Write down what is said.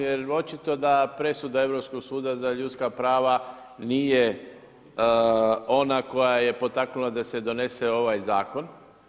Jer očito da presuda iz Europskog suda za ljudska prava nije ona koja je potaknula da se donese ovaj zakon.